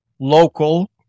local